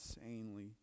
insanely